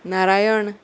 Narayan